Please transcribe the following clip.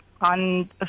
on